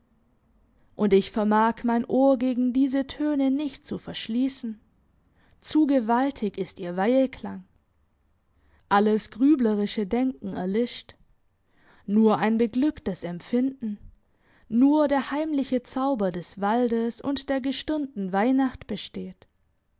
und ich vermag mein ohr gegen diese töne nicht zu verschliessen zu gewaltig ist ihr weiheklang alles grüblerische denken erlischt nur ein beglücktes empfinden nur der heimliche zauber des waldes und der gestirnten weihnacht besteht